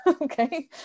okay